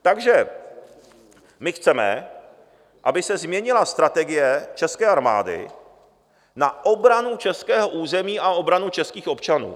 Takže my chceme, aby se změnila strategie české armády na obranu českého území a obranu českých občanů.